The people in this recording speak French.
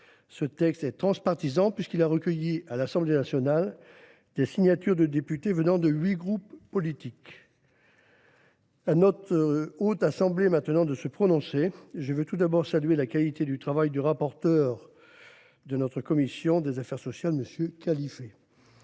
Ce texte est transpartisan, puisqu’il a recueilli, à l’Assemblée nationale, la signature de députés venant de huit groupes politiques. À notre Haute Assemblée, maintenant, de se prononcer ! Je veux, pour commencer, saluer la qualité du travail du rapporteur de notre commission des affaires sociales, M. Khalifé.